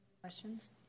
Questions